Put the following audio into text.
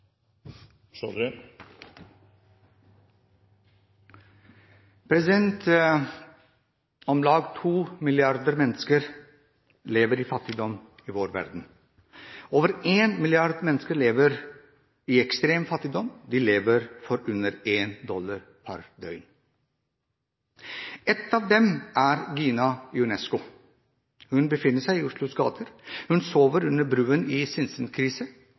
til. Om lag 2 milliarder mennesker lever i fattigdom i vår verden. Over 1 milliard mennesker lever i ekstrem fattigdom, de lever for under 1 dollar per døgn. En av dem er Gina Ionesco. Hun befinner seg i Oslos gater, hun sover under broen i